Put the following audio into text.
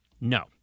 No